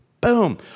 Boom